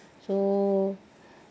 so